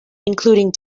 including